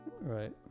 right